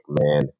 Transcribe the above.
man